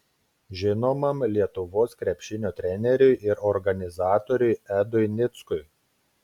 žinomam lietuvos krepšinio treneriui ir organizatoriui edui nickui